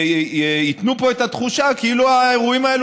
וייתנו פה את התחושה כאילו האירועים האלה